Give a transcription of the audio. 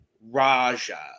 Raja